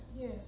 Yes